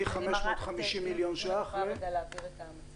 מ-550 מיליון שקלים ל-?